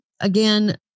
again